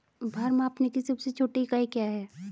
भार मापने की सबसे छोटी इकाई क्या है?